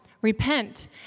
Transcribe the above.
Repent